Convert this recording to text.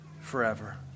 forever